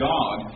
God